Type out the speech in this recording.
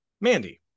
Mandy